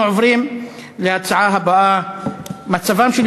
אנחנו עוברים להצעות הבאות: מצבם של